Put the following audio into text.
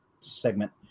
segment